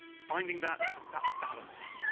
finding that that balance,